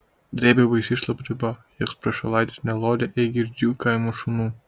drėbė baisi šlapdriba joks prašalaitis nelodė eigirdžių kaimo šunų